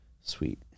Sweet